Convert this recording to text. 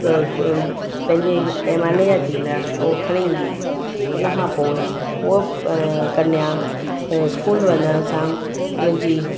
त ओ पंहिंजे पैमाने जा थींदा हुआ त हू खणी ईंदी हुई उन खां पोइ उहा कन्या स्कूल वञण सां उनजी